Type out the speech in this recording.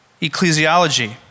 ecclesiology